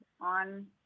on